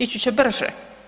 Ići će brže.